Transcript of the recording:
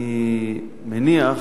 אני מניח